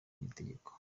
n’itegeko